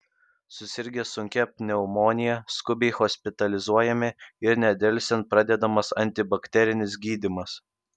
susirgę sunkia pneumonija skubiai hospitalizuojami ir nedelsiant pradedamas antibakterinis gydymas